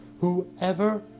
whoever